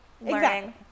learning